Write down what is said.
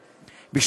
כן, ישראל חסון.